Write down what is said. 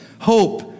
hope